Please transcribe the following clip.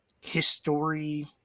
history